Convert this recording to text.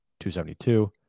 272